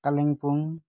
Kalimpong